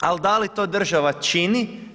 Ali, da li to država čini?